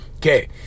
Okay